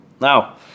Now